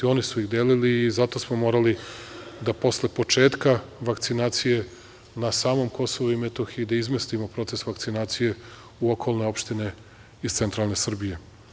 Oni su ih delili i zato smo morali posle početka vakcinacije na samom Kosovu i Metohiji da izmestimo proces vakcinacije u okolne opštine iz centralne Srbije.